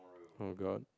oh god